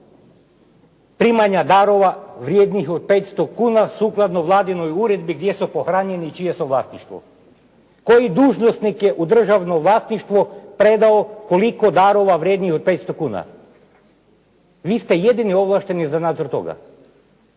primanja darova vrednijih od 500 kuna sukladno vladinoj uredbi gdje su pohranjeni i čije su vlasništvo? Koji dužnosnik je u državno vlasništvo predao koliko darova vrednijih od 500 kuna? Vi ste jedini ovlašteni z nadzor toga.